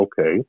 okay